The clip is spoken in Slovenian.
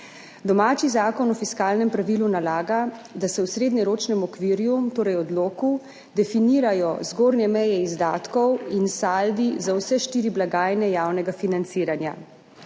Domači Zakon o fiskalnem pravilu nalaga, da se v srednjeročnem okvirju, torej odloku, definirajo zgornje meje izdatkov in saldi za vse štiri blagajne javnega financiranja.